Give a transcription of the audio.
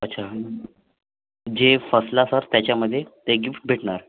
अच्छा जे फसला सर त्याच्यामध्ये ते गिफ्ट भेटणार